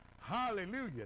Hallelujah